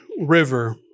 river